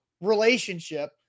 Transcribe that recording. relationship